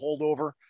holdover